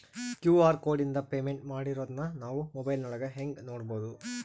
QR ಕೋಡಿಂದ payment ಮಾಡಿರೋದನ್ನ ನಾವು ಮೊಬೈಲಿನೊಳಗ ಹೆಂಗ ನೋಡಬಹುದು?